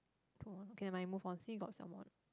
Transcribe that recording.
okay nevermind move on see if got some more or not